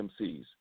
MCs